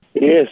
Yes